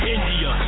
India